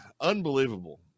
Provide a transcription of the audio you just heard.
unbelievable